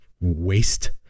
waste